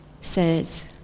says